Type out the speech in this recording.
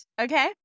Okay